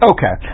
Okay